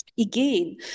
Again